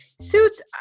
suits